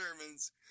Germans